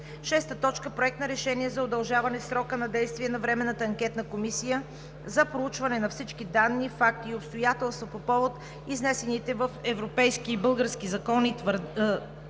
2019 г. 6. Проект на решение за удължаване срока на действие на Временната анкетна комисия за проучване на всички данни, факти и обстоятелства по повод изнесените в европейски и български медии